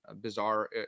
bizarre